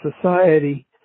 society